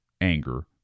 anger